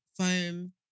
foam